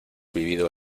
vivido